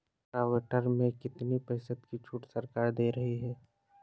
Rotavator में कितनी प्रतिशत का छूट सरकार दे रही है?